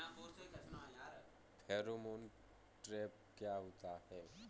Pheromone trap क्या होता है?